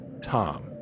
Tom